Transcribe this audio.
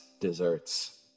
desserts